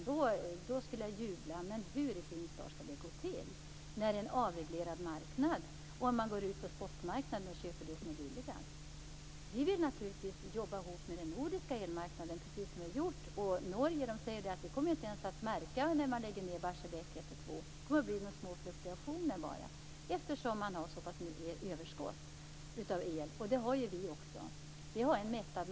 Då skulle jag jubla, men hur i fridens dar skulle det gå till, om man har en avreglerad marknad och går ut på spotmarknaden och köper det som är billigast? Vi vill naturligtvis jobba tillsammans på den nordiska elmarkanden, precis som man hittills har gjort. I Norge säger man att det inte kommer att märkas när Barsebäck 1 och 2 läggs ned, kanske bara några små fluktuationer, eftersom överskottet av el är så pass stort, vilket vi också har. Vår marknad är mättad.